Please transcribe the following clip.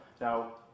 Now